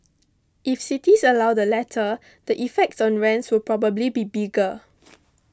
if cities allow the latter the effect on rents will probably be bigger